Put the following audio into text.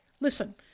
Listen